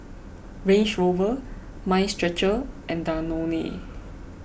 Range Rover Mind Stretcher and Danone